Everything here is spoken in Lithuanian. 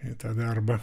į tą darbą